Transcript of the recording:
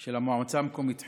של המועצה המקומית חורה,